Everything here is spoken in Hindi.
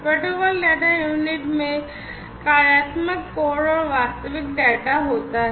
प्रोटोकॉल डेटा यूनिट में कार्यात्मक कोड और वास्तविक डेटा होता है